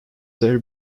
there